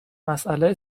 مسئله